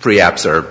free a